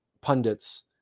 pundits